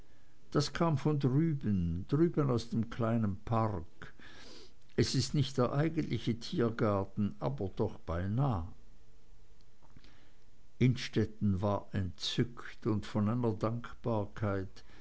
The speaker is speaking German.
das kam von drüben drüben aus dem kleinen park es ist nicht der eigentliche tiergarten aber doch beinah innstetten war entzückt und von einer dankbarkeit